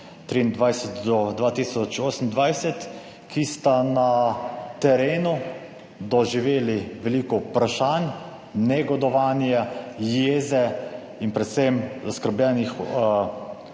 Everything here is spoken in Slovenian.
2023-2028, ki sta na terenu doživeli veliko vprašanj, negodovanje, jeze in predvsem zaskrbljenih